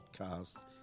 podcast